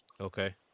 Okay